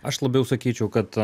aš labiau sakyčiau kad